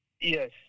Yes